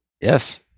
Yes